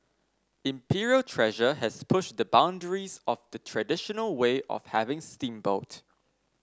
Imperial Treasure has pushed the boundaries of the traditional way of having steamboat